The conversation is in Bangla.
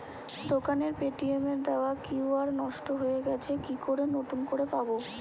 দোকানের পেটিএম এর দেওয়া কিউ.আর নষ্ট হয়ে গেছে কি করে নতুন করে পাবো?